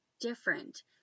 different